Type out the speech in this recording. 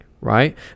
right